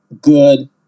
good